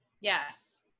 Yes